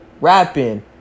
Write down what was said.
Rapping